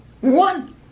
One